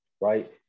Right